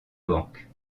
banque